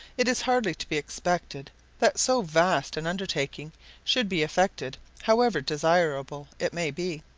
it is hardly to be expected that so vast an undertaking should be effected, however desirable it may be.